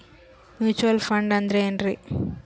Mutual fund ಅಂದ್ರೆನ್ರಿ?